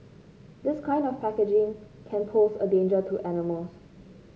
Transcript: this kind of packaging can pose a danger to animals